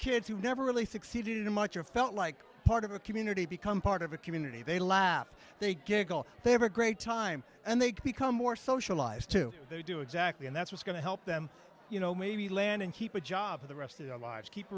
who never really succeeded to much of felt like part of a community become part of a community they laugh they giggle they have a great time and they become more socialized to they do exactly and that's what's going to help them you know maybe land and keep a job for the rest of their lives keep